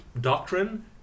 doctrine